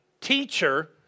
teacher